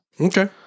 Okay